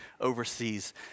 overseas